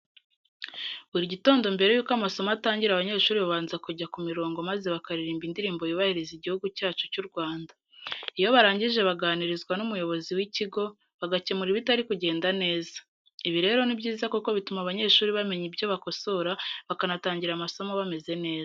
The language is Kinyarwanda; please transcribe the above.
Buri gitondo mbere yuko amasomo atangira abanyeshuri babanza kunja ku mirongo maze bakaririmba Indirimbo yubahiriza Igihugu cyacu cy'u Rwanda. Iyo birangiye baganirizwa n'umuyobozi w'ikigo, bagakemura ibitari kugenda neza. Ibi rero ni byiza kuko bituma abanyeshuri bamenya ibyo bakosora bakanatangira amasomo bameze neza.